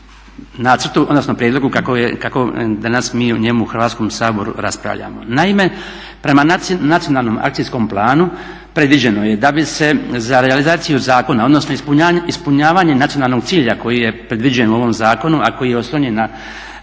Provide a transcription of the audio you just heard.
nacrtu odnosno prijedlogu kako mi danas o njemu u Hrvatskom saboru raspravljamo. Naime, prema nacionalnom akcijskom planu predviđeno je da bi se za realizaciju zakona odnosno ispunjavanje nacionalnog cilja koji je predviđen u ovom zakonu, a koji je oslonjen na